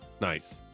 Nice